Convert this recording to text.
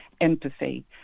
empathy